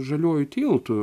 žaliuoju tiltu